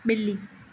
बि॒ली